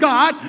God